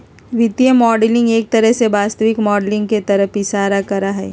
वित्तीय मॉडलिंग एक तरह से वास्तविक माडलिंग के तरफ इशारा करा हई